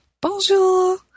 bonjour